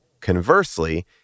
conversely